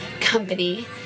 company